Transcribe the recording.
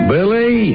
Billy